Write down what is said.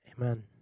Amen